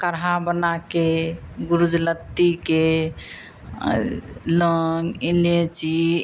काढ़ा बनाकर गुरुजलत्ती के लौंग इलाइची